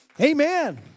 Amen